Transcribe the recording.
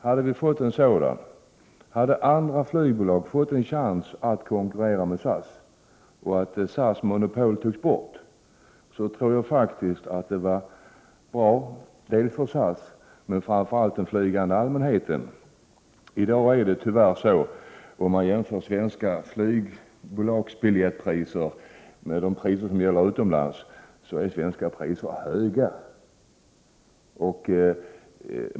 Hade vi fått en sådan, hade andra flygbolag fått en chans att konkurrera med SAS och hade SAS monopol tagits bort, hade det, tror jag, varit bra både för SAS och framför allt för den flygande allmänheten. Om man jämför svenska flygbolags biljettpriser med de priser som flygresor betingar utomlands är svenska priser i dag tyvärr höga.